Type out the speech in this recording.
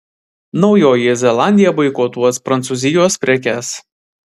naujoji zelandija boikotuos prancūzijos prekes